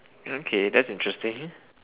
okay that's interesting